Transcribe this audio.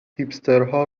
هیپسترها